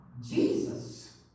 Jesus